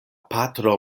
patro